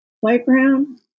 playground